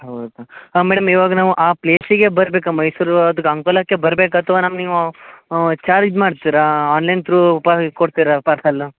ಹೌದು ಹಾಂ ಮೇಡಮ್ ಇವಾಗ ನಾವು ಆ ಪ್ಲೇಸಿಗೆ ಬರಬೇಕ ಮೈಸೂರು ಅದು ಅಂಕೋಲಕ್ಕೆ ಬರಬೇಕ ಅಥ್ವ ನಮ್ಗೆ ನೀವೂ ಚಾರ್ಜ್ ಮಾಡ್ತೀರಾ ಆನ್ಲೈನ್ ತ್ರೂ ಪಾ ಕೊಡ್ತೀರ ಪಾರ್ಸೆಲ್ಲು